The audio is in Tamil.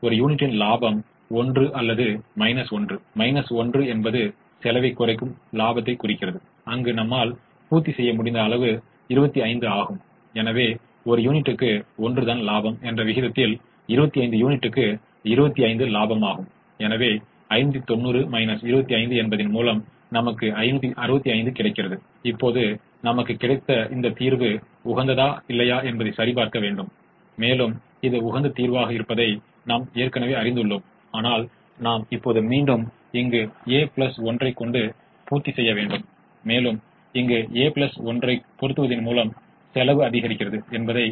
இந்த தேற்றம் வழக்கமாக இந்த வழியில் குறிப்பிடப்படுகிறது அதிகபட்ச சாத்தியமான ஒவ்வொரு சாத்தியமான தீர்விற்கும் ஒரு குறைப்பு முதன்மைக்கு வேறு வழியில் இதைச் சொல்வதும் சாத்தியமாகும் பின்னர் முதன்மையான ஒவ்வொரு சாத்தியமான தீர்வும் எல்லாவற்றையும் விட அதிகமாகவோ அல்லது சமமாகவோ ஒரு புறநிலை செயல்பாட்டு மதிப்பைக் கொண்டிருக்கும் அதனுடன் தொடர்புடைய அதிகபட்ச இரட்டை